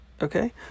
Okay